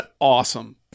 awesome